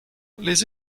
les